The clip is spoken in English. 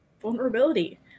vulnerability